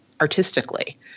artistically